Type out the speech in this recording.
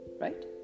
right